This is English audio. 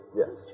yes